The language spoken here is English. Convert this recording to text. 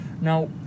Now